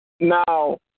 Now